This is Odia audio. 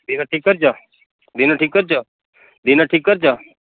ଦିନ ଠିକ କରିଛ ଦିନ ଠିକ କରିଛ ଦିନ ଠିକ କରିଛ